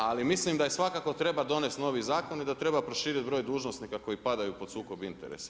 Ali mislim da svakako treba donijeti novi zakon i da treba proširiti broj dužnosnika koji padaju pod sukob interesa.